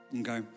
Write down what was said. okay